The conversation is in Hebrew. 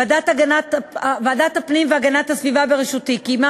ועדת הפנים והגנת הסביבה בראשותי קיימה